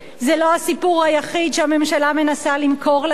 זה לא הסיפור היחיד שהממשלה מנסה למכור לנו.